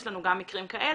יש לנו גם מקרים כאלה.